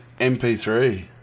MP3